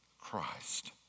Christ